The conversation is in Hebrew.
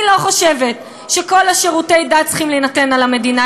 אני לא חושבת שכל שירותי הדת צריכים להינתן על-ידי המדינה.